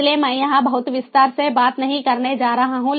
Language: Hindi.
इसलिए मैं यहां बहुत विस्तार से बात नहीं करने जा रहा हूं